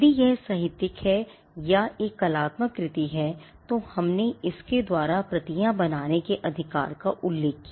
यदि यह साहित्यिक है या एक कलात्मक कृति है तो हमने इसके द्वारा प्रतियाँ बनाने के अधिकार का उल्लेख किया